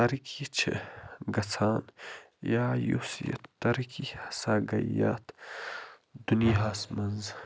ترقی چھِ گژھان یا یُس یَتھ ترقی ہسا گٔے یَتھ دُنیاہَس منٛز